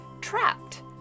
trapped